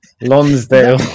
Lonsdale